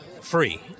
free